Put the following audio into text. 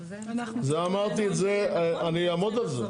זה אמרתי את זה, אני אעמוד על זה.